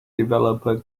developer